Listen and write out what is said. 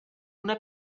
una